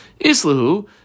Islehu